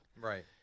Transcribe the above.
Right